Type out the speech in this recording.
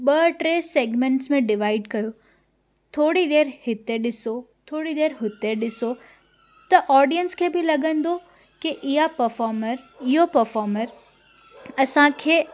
ॿ टे सेगमेंट्स में डिवाइड कयो थोरी देरि हिते ॾिसो थोरी देरि हुते ॾिसो त ऑडियंस खे बि लॻंदो की ईअं पफॉमर इहो पफॉमर असांखे